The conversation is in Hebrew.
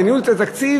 וניהול של תקציב,